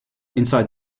inside